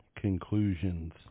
conclusions